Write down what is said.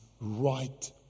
right